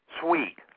sweet